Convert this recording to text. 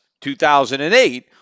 2008